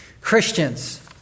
Christians